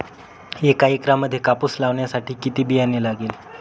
एका एकरामध्ये कापूस लावण्यासाठी किती बियाणे लागेल?